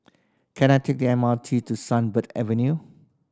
can I take the M R T to Sunbird Avenue